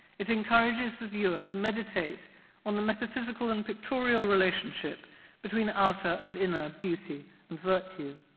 it encourages the viewer to meditate on the metaphysical and pictorial relationship between outer and inner beauty and virtue.